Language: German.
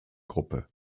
gruppe